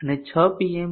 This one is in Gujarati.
અને 6 p